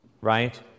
right